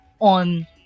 on